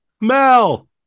Mel